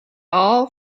all